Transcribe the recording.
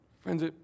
Friends